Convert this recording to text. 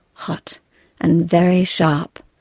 hot and very sharp,